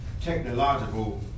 technological